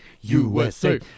USA